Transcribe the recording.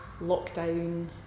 lockdown